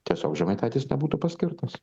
tiesiog žemaitaitis nebūtų paskirtas